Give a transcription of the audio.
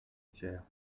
tiers